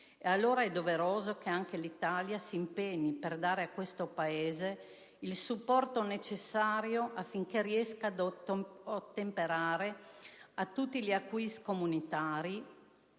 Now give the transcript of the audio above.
E allora è doveroso che anche l'Italia si impegni per dare a questo Paese il supporto necessario affinché riesca ad ottemperare a tutti gli *acquis* comunitari